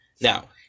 now